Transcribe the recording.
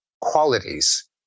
qualities